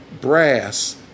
brass